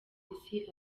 isi